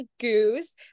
goose